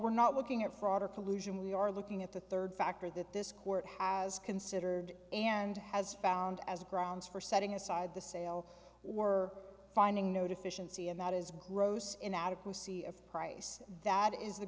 we're not looking at fraud or collusion we are looking at the third factor that this court has considered and has found as grounds for setting aside the sale we're finding no deficiency and that is gross inadequacy of price that is the